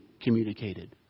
communicated